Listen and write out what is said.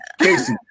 Casey